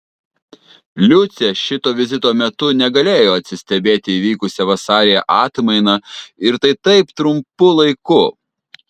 liucė šito vizito metu negalėjo atsistebėti įvykusia vasaryje atmaina ir tai taip trumpu laiku